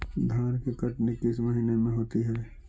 धान की कटनी किस महीने में होती है?